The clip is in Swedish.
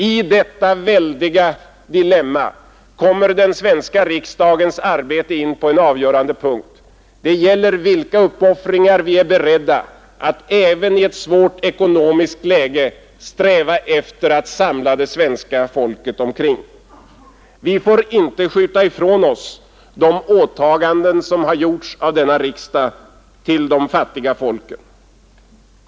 I detta väldiga dilemma kommer den svenska riksdagen till en avgörande punkt i sitt arbete. Det gäller vad vi även i ett svårt ekonomiskt läge är beredda att sträva mot och försöka samla det svenska folket omkring. Vi får inte skjuta ifrån oss de åtaganden gentemot de fattiga folken som denna riksdag har gjort.